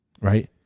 Right